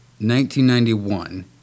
1991